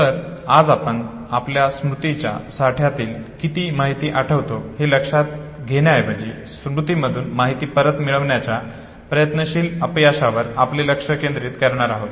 तर आज आपण आपल्या स्मृतीच्या साठ्यातून किती माहिती आठवतो हे लक्षात घेण्याऐवजी स्मृती मधून माहिती परत मिळवण्याच्या प्रयत्नातील अपयशावर आपले लक्ष केंद्रित करणार आहोत